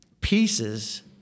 pieces